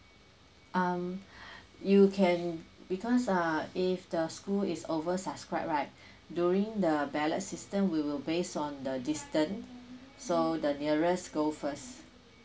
um you can because uh if the school is oversubscribed right during the ballot system we will base on the distance so the nearest go first